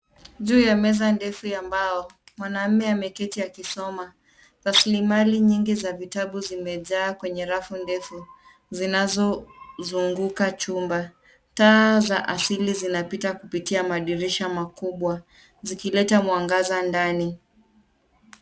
Juu ya meza ndefu ya mbao mwanamume ameketi akisoma. Rasilimali nyingi za vitabu zimejaa kwenye rafu ndefu zinazozunguka chumba. Taa za asili zinapita kupitia madirisha makubwa zikileta mwangaza ndani.